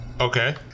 okay